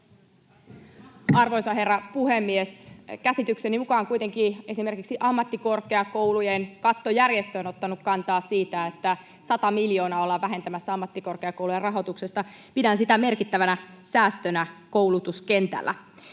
Arvoisa herra puhemies! Käsitykseni mukaan kuitenkin esimerkiksi ammattikorkeakoulujen kattojärjestö on ottanut kantaa siihen, että 100 miljoonaa ollaan vähentämässä ammattikorkeakoulujen rahoituksesta. Pidän sitä merkittävänä säästönä koulutuskentällä.